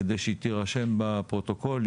כדי שהיא תירשם בפרוטוקול.